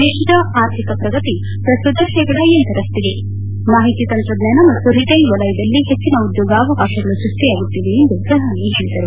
ದೇಶದ ಆರ್ಥಿಕ ಪ್ರಗತಿ ಪ್ರಸ್ತುತ ಶೇಕಡ ಲರಷ್ಟಿದೆ ಮಾಹಿತಿ ತಂತ್ರಜ್ಞಾನ ಮತ್ತು ರಿಟೇಲ್ ವಲಯದಲ್ಲಿ ಹೆಚ್ಚಿನ ಉದ್ಯೋಗಾವಕಾಶಗಳು ಸ್ನಷ್ಟಿಯಾಗುತ್ತಿವೆ ಎಂದು ಪ್ರಧಾನಿ ಹೇಳಿದರು